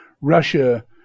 Russia